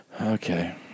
Okay